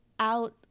out